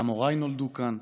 גם הוריי נולדו כאן,